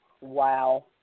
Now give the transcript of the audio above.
wow